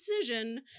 decision